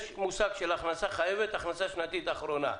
יש מושג "הכנסה חייבת" הכנסה שנתית אחרונה.